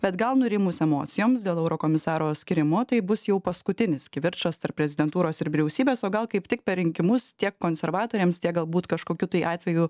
bet gal nurimus emocijoms dėl eurokomisaro skyrimo tai bus jau paskutinis kivirčas tarp prezidentūros ir vyriausybės o gal kaip tik per rinkimus tiek konservatoriams tiek galbūt kažkokiu tai atveju